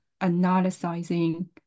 analyzing